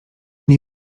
nie